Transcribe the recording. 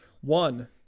one